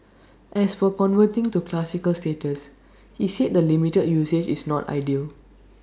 as for converting to classic status he said the limited usage is not ideal